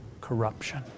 corruption